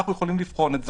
אנחנו יכולים לבחון את זה.